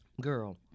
Girl